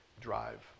drive